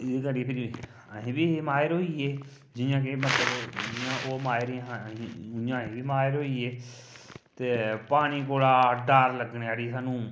एह्दे करी फिर अस बी माहिर होइये जि'यां कि मतलब जि'यां कि ओह् माहिर हियां इ'यां अस बी माहिर होइये ते पानी कोला डर लग्गने आह्ली सानूं